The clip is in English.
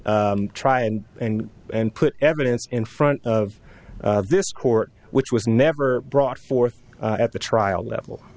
try and and and put evidence in front of this court which was never brought forth at the trial level